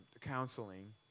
counseling